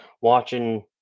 watching